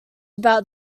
about